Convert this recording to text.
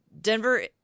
Denver